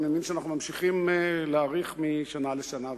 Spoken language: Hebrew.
אבל אני מבין שאנחנו ממשיכים להאריך משנה לשנה,